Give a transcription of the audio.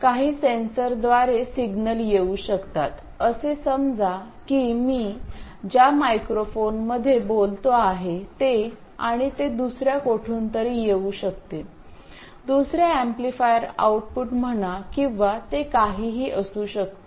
काही सेन्सरद्वारे सिग्नल येऊ शकतात असे समजा की मी ज्या मायक्रोफोनमध्ये बोलतो आहे ते आणि ते दुसर्या कोठून तरी येऊ शकते दुसरे एम्पलीफायर आउटपुट म्हणा किंवा ते काहीही असू शकते